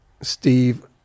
Steve